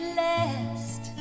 last